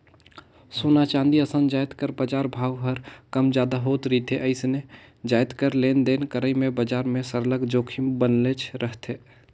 सोना, चांदी असन जाएत कर बजार भाव हर कम जादा होत रिथे अइसने जाएत कर लेन देन करई में बजार में सरलग जोखिम बनलेच रहथे